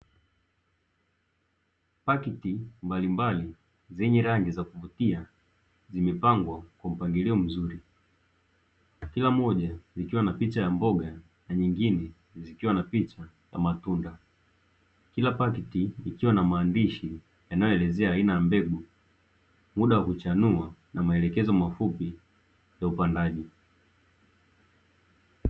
Pakiti mbalimbali zenye rangi ya kuvutia zimepangwa kwa mpangilio mzuri, kila moja ikiwa na picha za mboga na nyingine zikiwa na picha za matunda, kila pakiti ikiwa na maandishi yanayoelezea aina ya mbegu ,muda wa kuchanua na maelekezo mafupi ya upandaji.